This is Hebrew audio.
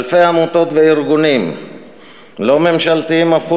אלפי עמותות וארגונים לא ממשלתיים הפכו